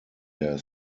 der